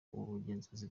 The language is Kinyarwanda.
ubugenzuzi